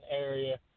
area